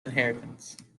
inheritance